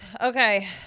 okay